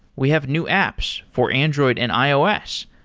we have new apps for android and ios.